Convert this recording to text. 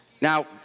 Now